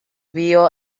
pio